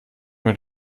mit